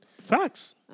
Facts